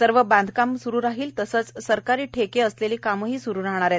सर्व बांधकामे सुरु राहतील तसेच सरकारी ठेके असलेली कामेही सुरु राहणार आहेत